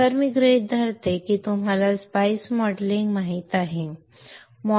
तर मी गृहीत धरतो की तुम्हाला स्पाइस मॉडेलिंग माहित आहे